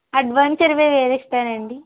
advance ఇరవై వేలు ఇస్తానండి